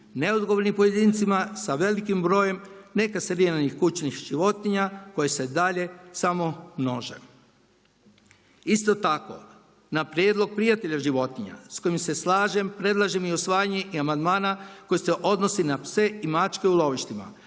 Neodgovornim pojedincima sa velikim brojem, neka…/Govornik se ne razumije./…koje se dalje samo množe. Isto tako, na prijedlog Prijatelja životinja s kojim se slažem predlažem i usvajanje i amandmana koji se odnosi na pse i mačke u lovištima,